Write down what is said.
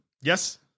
Yes